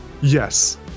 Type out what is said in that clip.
Yes